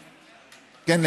כן,